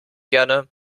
gerne